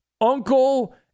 Uncle